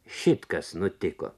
šit kas nutiko